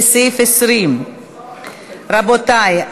לסעיף 20. רבותי,